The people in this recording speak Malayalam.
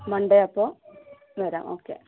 മൺഡേ അപ്പോൾ വരാം ഓക്കെ